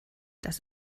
das